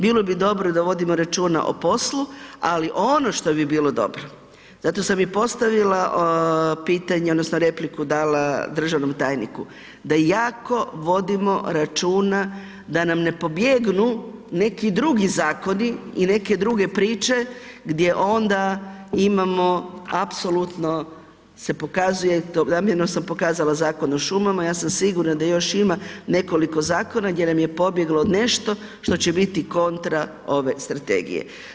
Bilo bi dobro da vodimo računa o poslu, ali ono što bi bilo dobro, zato sam i postavila pitanje odnosno repliku dala državnom tajniku da jako vodimo računa da nam ne pobjegnu neki drugi zakoni i neke druge priče gdje onda imamo apsolutno se pokazuje, namjerno sam pokazala Zakon o šumama ja sam sigurna da još ima nekoliko zakona gdje nam je pobjeglo nešto što će biti kontra ove strategije.